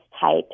type